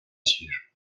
tír